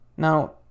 Now